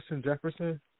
Jefferson